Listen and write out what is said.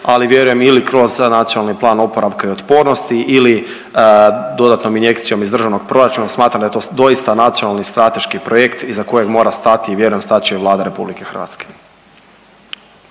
ali vjerujem ili kroz NPOO ili dodatnom injekcijom iz državnog proračuna. Smatram da je to doista Nacionalni strateški projekt iza kojeg mora stati i vjerujem stat će Vlada RH.